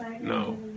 no